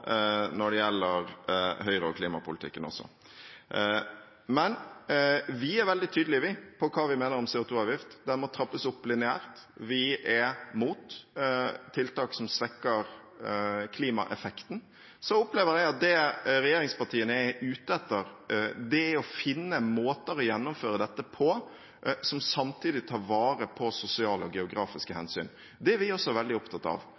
når det gjelder Høyre og klimapolitikken også. Vi er veldig tydelig på hva vi mener om CO 2 -avgift. Den må trappes opp lineært. Vi er imot tiltak som svekker klimaeffekten. Jeg opplever at det regjeringspartiene er ute etter, er å finne måter å gjennomføre dette på som samtidig tar vare på sosiale og geografiske hensyn. Det er vi også veldig opptatt av.